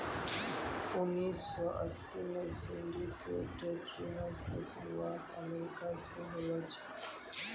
उन्नीस सौ अस्सी मे सिंडिकेटेड ऋणो के शुरुआत अमेरिका से होलो छलै